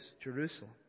Jerusalem